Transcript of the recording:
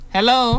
Hello